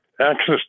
access